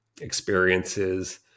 experiences